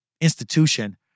Institution